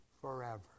forever